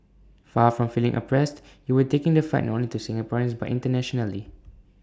far from feeling oppressed you were taking the fight not only to Singaporeans but internationally